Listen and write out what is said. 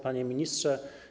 Panie Ministrze!